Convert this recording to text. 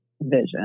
vision